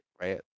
right